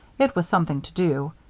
it was something to do.